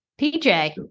PJ